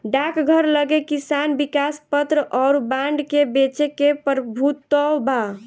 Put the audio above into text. डाकघर लगे किसान विकास पत्र अउर बांड के बेचे के प्रभुत्व बा